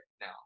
now